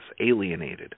alienated